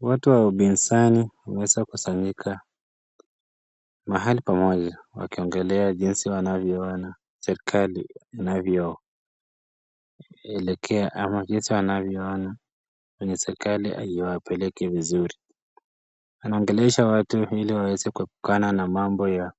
Watu wa upinzani wameweza kusanyika mahali pamoja wakiongelea jinsi wanavyoona serikali inavyoelekea ama jinsi wanavyoona venye serikali haiwapeleki vizuri. Wanaongelesha watu ili waweze kuepukana na mambo ya